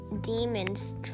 demons